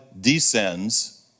descends